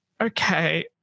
okay